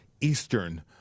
Eastern